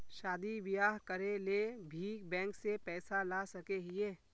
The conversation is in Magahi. शादी बियाह करे ले भी बैंक से पैसा ला सके हिये?